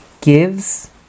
gives